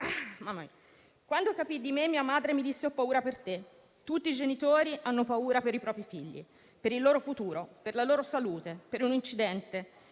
Quando capì di me, mia madre mi disse «ho paura per te»; tutti i genitori hanno paura per i propri figli, per il loro futuro, per la loro salute, per un incidente,